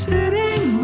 Sitting